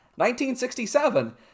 1967